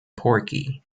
porky